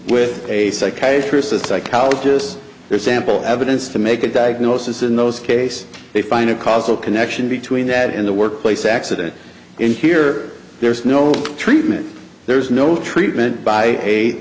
with a psychiatrist as a psychologist there's ample evidence to make a diagnosis in those case they find a causal connection between that in the workplace accident in here there's no treatment there's no treatment by a